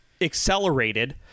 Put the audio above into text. accelerated